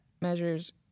measures